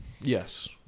Yes